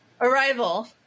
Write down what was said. Arrival